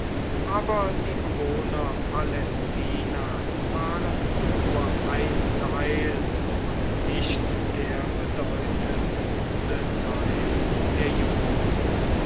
aber die bewohner palästinas waren nur ein teil und nicht der bedeutendste teil der juden